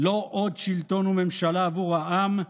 לא עוד שלטון וממשלה עבור העם,